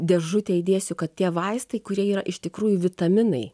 dėžutę įdėsiu kad tie vaistai kurie yra iš tikrųjų vitaminai